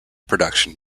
production